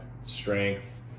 strength